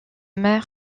mer